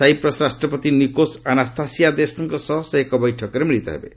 Cyprus ରାଷ୍ଟ୍ରପତି Nicos ଆନାସ୍ଥାସିଆଦେଶଙ୍କ ସହ ଏକ ବୈଠକରେ ମିଳିତ ହେବେ